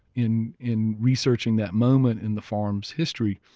in in researching that moment in the farm's history,